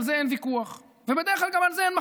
על זה אין ויכוח.